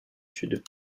sud